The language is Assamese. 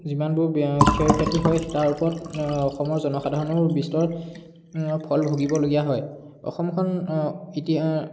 যিমানবোৰ বয় ক্ষতি হয় তাৰ ওপৰত অসমৰ জনসাধাৰণৰ বিস্তৰ ফল ভুগিবলগীয়া হয় অসমখন ইতি